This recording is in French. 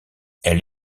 elle